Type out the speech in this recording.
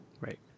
Right